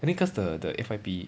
I think cause the the F_Y_P